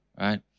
right